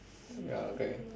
ya okay